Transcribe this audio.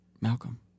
malcolm